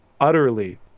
utterly